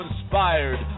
inspired